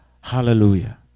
Hallelujah